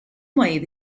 way